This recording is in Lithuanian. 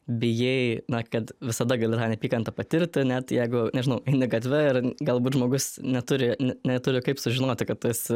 bijai na kad visada gali tą neapykantą patirti net jeigu nežinau eini gatve ir galbūt žmogus neturi neturi kaip sužinoti kad tu esi